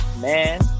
man